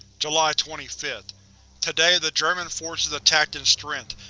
july twenty fifth today, the german forces attacked in strength,